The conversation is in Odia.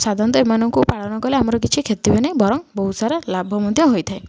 ସାଧାରଣତଃ ଏମାନଙ୍କୁ ପାଳନ କଲେ ଆମର କିଛି କ୍ଷତି ହୁଏ ନାହିଁ ବରଂ ବହୁ ସାରା ଲାଭ ମଧ୍ୟ ହୋଇଥାଏ